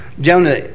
Jonah